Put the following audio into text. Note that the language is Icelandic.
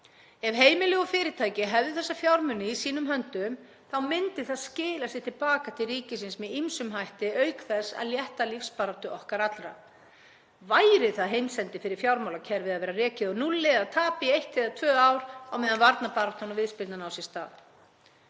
Ef heimili og fyrirtæki hefðu þessa fjármuni í sínum höndum myndi það skila sér til baka til ríkisins með ýmsum hætti, auk þess að létta lífsbaráttu okkar allra. Væri það heimsendir fyrir fjármálakerfið að vera rekið á núlli eða tapi í eitt eða tvö ár á meðan varnarbaráttan og viðspyrnan á sér stað?